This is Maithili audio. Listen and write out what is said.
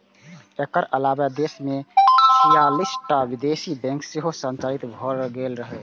एकर अलावे देश मे छियालिस टा विदेशी बैंक सेहो संचालित भए रहल छै